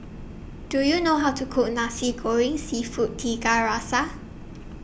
Do YOU know How to Cook Nasi Goreng Seafood Tiga Rasa